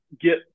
get